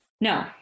No